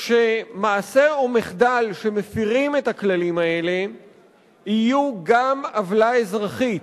שמעשה או מחדל שמפירים את הכללים האלה יהיו גם עוולה אזרחית,